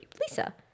Lisa